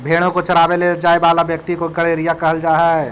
भेंड़ों को चरावे ले जाए वाला व्यक्ति को गड़ेरिया कहल जा हई